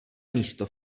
místo